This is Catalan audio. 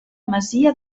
masia